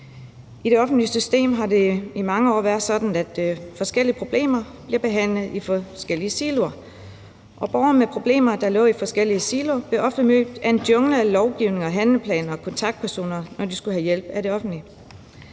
I det offentlige system har det i mange år været sådan, at forskellige problemer bliver behandlet i forskellige siloer. Borgere med problemer, der lå i forskellige siloer, blev ofte mødt af en jungle af lovgivning og handleplaner og kontaktpersoner, når de skulle have hjælp af det offentlige.